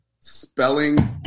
spelling